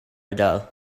ardal